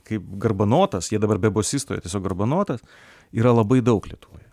kaip garbanotas jie dabar be bosisto jie tiesiog garbanotas yra labai daug lietuvoje